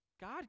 God